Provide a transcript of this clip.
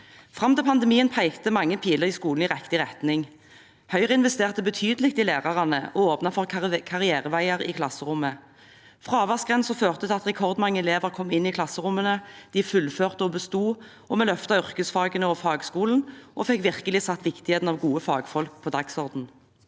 Fram til pandemien pekte mange piler i skolen i riktig retning. Høyre investerte betydelig i lærerne og åpnet for karriereveier i klasserommet. Fraværsgrensen førte til at rekordmange elever kom inn i klasserommene, de fullførte og besto, og vi løftet yrkesfagene og fagskolen og fikk virkelig satt viktigheten av gode fagfolk på dagsordenen.